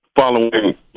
Following